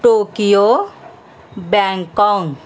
Tokyo Bangkok